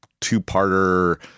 two-parter